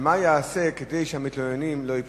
3. מה ייעשה כדי שהמתלוננים לא ייפגעו?